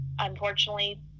unfortunately